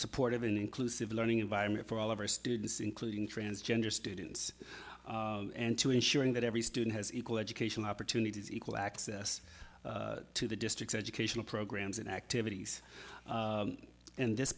supportive and inclusive learning environment for all of our students including transgender students and to ensuring that every student has equal education opportunities equal access to the district's educational programs and activities and this